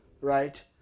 right